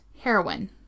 heroin